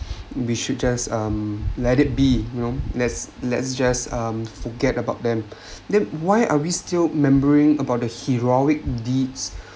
we should just um let it be you know let's let's just um forget about them then why are we still membering about the heroic deeds